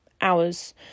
hours